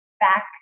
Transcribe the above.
back